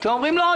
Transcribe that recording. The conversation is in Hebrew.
אתם אומרים: "לא,